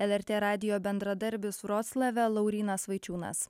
lrt radijo bendradarbis vroclave laurynas vaičiūnas